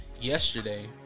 yesterday